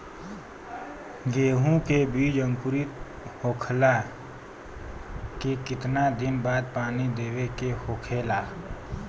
गेहूँ के बिज अंकुरित होखेला के कितना दिन बाद पानी देवे के होखेला?